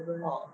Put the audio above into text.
uh